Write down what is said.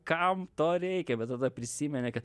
kam to reikia bet tada prisimeni kad